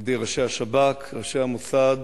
על-ידי ראשי השב"כ, ראשי המוסד,